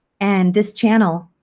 and this channel